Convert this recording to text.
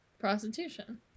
Prostitution